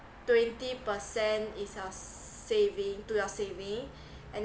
twenty percent is our saving to your saving and then